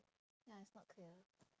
ya it's not clear